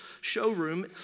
showroom